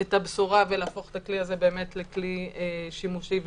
את הבשורה ולהפוך את הכלי הזה לכלי שימושי ופעיל.